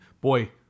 boy